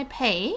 pay